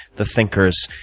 the thinkers,